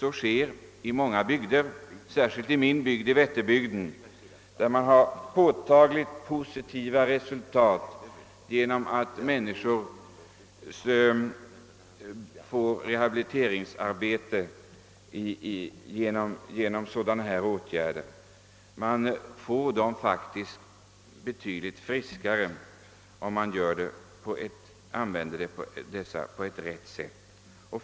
Så sker i många bygder för närvarande, särskilt i min trakt, Vätternbygden, där påtagligt positiva resultat har vunnits genom att människor har fått rehabiliteringsarbete av detta slag. De blir betydligt friskare, om man på rätt sätt utnyttjar denna möjlighet till sysselsättning.